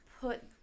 put